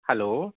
hello